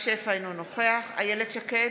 אינו נוכח איילת שקד,